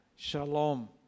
shalom